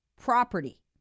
property